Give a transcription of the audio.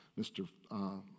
Mr